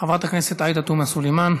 חברת הכנסת עאידה תומא סלימאן.